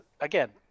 again